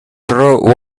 through